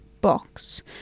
box